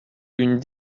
une